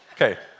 Okay